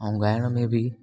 ऐं ॻाइण में बि